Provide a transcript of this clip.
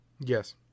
Yes